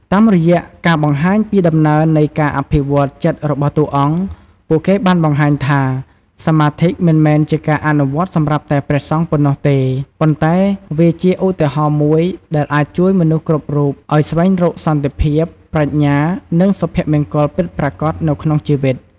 តាមរយៈការបង្ហាញពីដំណើរនៃការអភិវឌ្ឍន៍ចិត្តរបស់តួអង្គ ពួកគេបានបង្ហាញថា សមាធិមិនមែនជាការអនុវត្តសម្រាប់តែព្រះសង្ឃប៉ុណ្ណោះទេ ប៉ុន្តែវាជាឧទាហរណ៍មួយដែលអាចជួយមនុស្សគ្រប់រូបឱ្យស្វែងរកសន្តិភាព ប្រាជ្ញា និងសុភមង្គលពិតប្រាកដនៅក្នុងជីវិត។